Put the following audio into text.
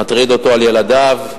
מטרידה אותו על ילדיו,